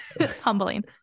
humbling